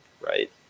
right